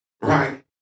Right